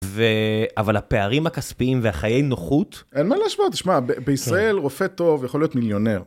ו... אבל הפערים הכספיים והחיי נוחות, אין מה להשוות, שמע, ב-בישראל, רופא טוב, יכול להיות מיליונר.